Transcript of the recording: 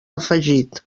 afegit